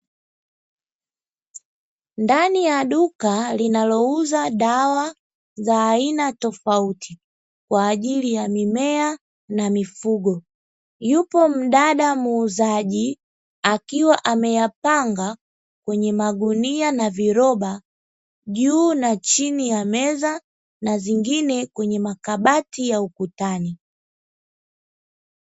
Ndani ya duka linalouza dawa za aina tofauti kwa ajili ya mimea na mifugo, yupo mdada muuzaji akiwa ameyapanga kwenye magunia na viroba juu na chini ya meza na zingine kwenye makabati ya ukutani.